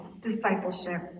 discipleship